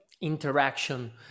interaction